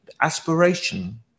aspiration